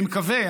אני מקווה,